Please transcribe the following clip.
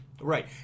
Right